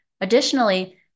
Additionally